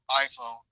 iPhone